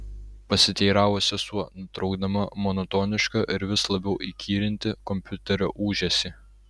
pasiteiravo sesuo nutraukdama monotonišką ir vis labiau įkyrintį kompiuterio ūžesį